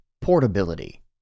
Portability